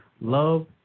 love